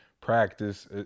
practice